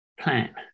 plan